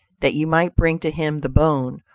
that you might bring to him the bone,